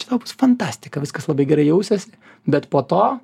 čia tau bus fantastika viskas labai gerai jausiesi bet po to